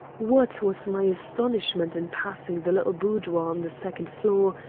what was my astonishment in passing the little boudoir on the second floor,